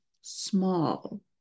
small